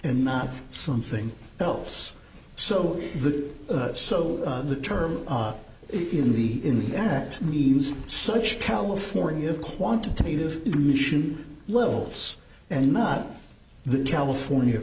and not something else so the so the term in the in the act needs such california quantitative emission levels and not the california